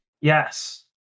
Yes